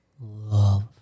love